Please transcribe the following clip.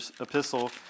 epistle